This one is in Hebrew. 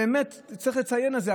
באמת צריך לציין את זה,